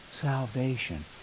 salvation